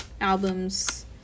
Albums